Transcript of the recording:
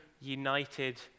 united